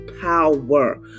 power